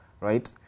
right